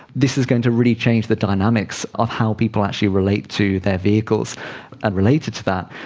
this is going to really change the dynamics of how people actually relate to their vehicles and, related to that,